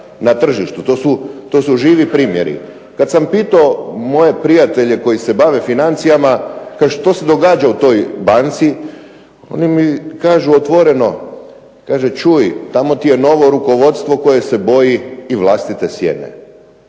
na tržištu. To su živi primjeri. Kad sam pitao moje prijatelje koji se bave financijama što se događa u toj banci, oni mi kažu otvoreno, kaže čuj tamo ti je novo rukovodstvo koje se boji i vlastite sjene.